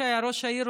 כשהוא היה ראש העיר,